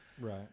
Right